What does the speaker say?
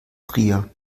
trier